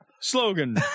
slogan